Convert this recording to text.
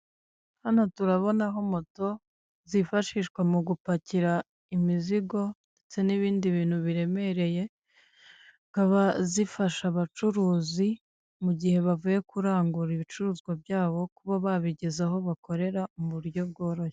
Hano turabona moto zifashishwa mu gupakira imizigo ndetse n'ibindi bintu biremereye zikaba zifasha abacuruzi mu gihe bavuye kurangura ibicuruzwa byabo kuba babigeza aho bakorera mu buryo bworoshye.